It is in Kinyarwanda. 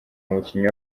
umukinnyi